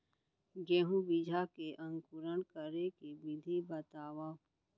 गेहूँ बीजा के अंकुरण करे के विधि बतावव?